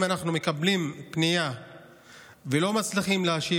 אם אנחנו מקבלים פנייה ולא מצליחים להשיב,